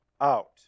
out